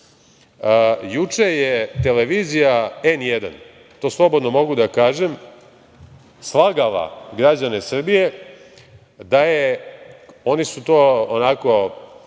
je televizija N1, to slobodno mogu da kažem slagala građane Srbije, oni su to onako